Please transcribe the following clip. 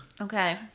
Okay